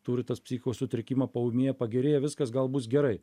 turi tas psichiko sutrikimą paūmėja pagerėja viskas gal bus gerai